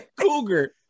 cougar